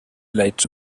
lights